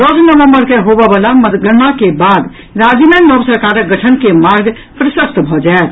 दस नवम्बर के होबय वला मतगणना के बाद राज्य मे नव सरकारक गठन के मार्ग प्रशस्त भऽ जायत